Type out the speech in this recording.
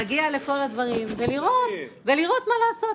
להגיע לכל הדברים ולראות מה לעשות.